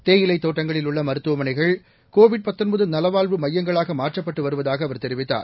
தேயிலைத் தோட்டங்களில் உள்ள மருத்துவமனைகள் கொரோனா நலவாழ்வு மையங்களாக மாற்றப்பட்டு வருவதாக அவர் தெரிவித்தார்